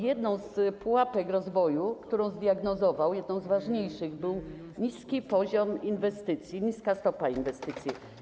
Jedną z pułapek rozwoju, którą zdiagnozował, jedną z ważniejszych, był niski poziom inwestycji, niska stopa inwestycji.